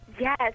Yes